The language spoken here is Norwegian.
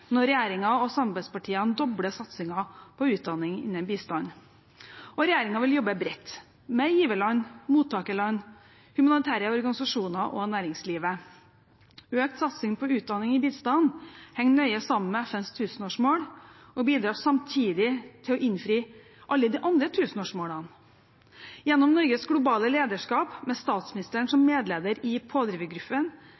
når regjeringen og samarbeidspartiene dobler satsingen på utdanning innen bistand. Regjeringen vil jobbe bredt – med giverland, mottakerland, humanitære organisasjoner og næringslivet. Økt satsing på utdanning i bistand henger nøye sammen med FNs tusenårsmål og bidrar samtidig til å innfri alle de andre tusenårsmålene. Gjennom Norges globale lederskap med statsministeren som medleder i pådrivergruppen